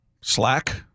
slack